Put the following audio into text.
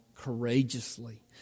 courageously